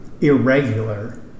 irregular